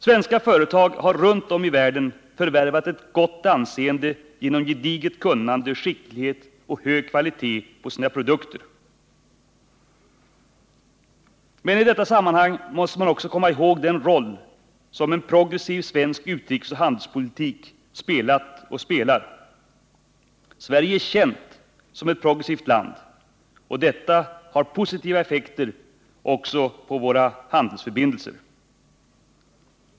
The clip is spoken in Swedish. Svenska företag har runt om i världen förvärvat gott anseende genom gediget kunnande, skicklighet och hög kvalitet på sina produkter. Men i detta sammanhang måste man också komma ihåg den roll som en progressiv svensk utrikesoch handelspolitik spelat och spelar. Sverige är känt som ett progressivt land, och detta har positiva effekter också på våra handelsförbindelser.